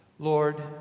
Lord